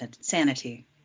sanity